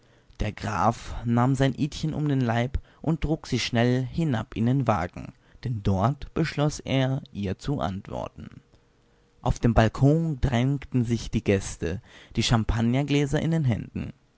der graf nahm sein idchen um den leib und trug sie schnell hinab in den wagen denn dort beschloß er ihr zu antworten auf dem balkon drängten sich die gäste die champagnergläser in den händen